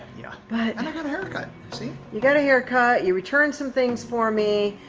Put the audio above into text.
yeah, but and i got a haircut, see? you got a haircut. you returned some things for me.